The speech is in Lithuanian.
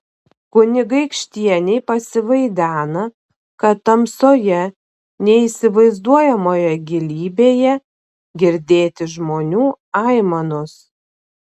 kunigaikštienei pasivaidena kad tamsoje neįsivaizduojamoje gilybėje girdėti žmonių aimanos